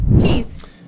Keith